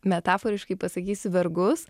metaforiškai pasakysiu vergus